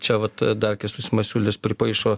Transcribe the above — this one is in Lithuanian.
čia vat dar kęstutis masiulis pripaišo